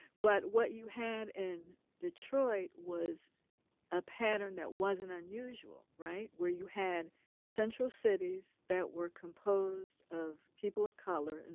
but what you had in detroit was a pattern that wasn't unusual right? where you had central cities that were composed of people of color, and